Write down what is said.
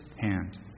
hand